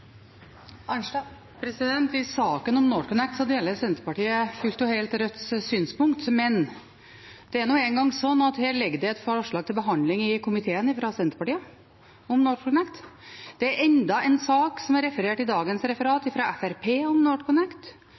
NorthConnect deler Senterpartiet fullt og helt Rødts synspunkt, men det er nå engang slik at det ligger et forslag til behandling i komiteen fra Senterpartiet om NorthConnect. Det er enda en sak, som er referert i dagens referat, fra Fremskrittspartiet om NorthConnect,